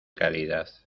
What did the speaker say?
calidad